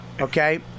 okay